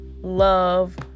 love